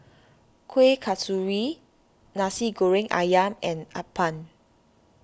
Kueh Kasturi Nasi Goreng Ayam and Appam